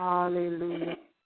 Hallelujah